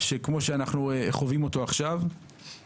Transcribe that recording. כמו שאנחנו חווים אותו עכשיו.